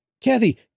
kathy